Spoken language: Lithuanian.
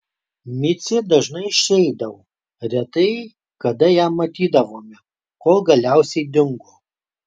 micė dažnai išeidavo retai kada ją matydavome kol galiausiai dingo